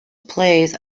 plays